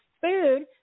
Food